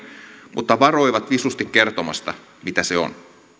mutta varoivat visusti kertomasta mitä se on